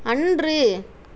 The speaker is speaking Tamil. அன்று